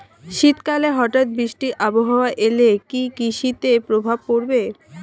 শীত কালে হঠাৎ বৃষ্টি আবহাওয়া এলে কি কৃষি তে প্রভাব পড়বে?